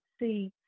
See